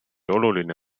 oluline